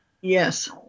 Yes